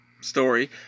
story